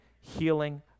healing